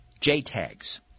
JTAGS